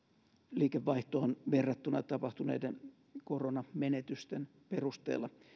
liikevaihtoon verrattuna tapahtuneiden koronamenetysten perusteella